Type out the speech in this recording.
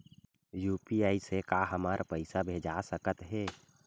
UPI से का हमर पईसा भेजा सकत हे?